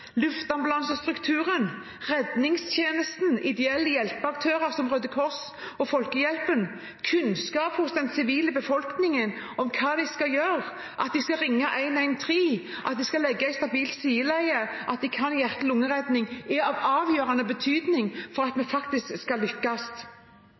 ideelle hjelpeaktører som Røde Kors og Folkehjelpen kunnskap hos den sivile befolkningen om hva de skal gjøre, at de skal ringe 113, at de skal legge pasienten i stabilt sideleie, og at de kan hjerte- og lungeredning, noe som er av avgjørende betydning for